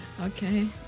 Okay